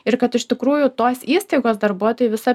ir kad iš tikrųjų tos įstaigos darbuotojai visą